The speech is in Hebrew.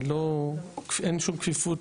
אין שום כפיפות,